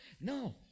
No